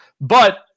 But-